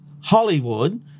Hollywood